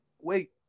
wait